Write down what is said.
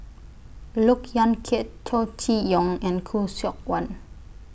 Look Yan Kit Chow Chee Yong and Khoo Seok Wan